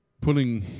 putting